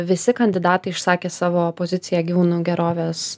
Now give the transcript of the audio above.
visi kandidatai išsakė savo poziciją gyvūnų gerovės